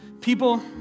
people